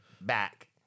back